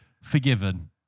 forgiven